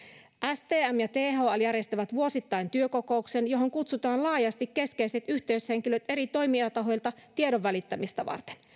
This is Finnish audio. stm ja thl järjestävät vuosittain työkokouksen johon kutsutaan laajasti keskeiset yhteyshenkilöt eri toimijatahoilta tiedon välittämistä varten